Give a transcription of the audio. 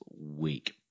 week